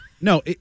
No